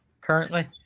currently